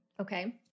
okay